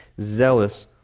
zealous